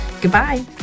Goodbye